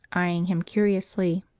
eyeing him curiously.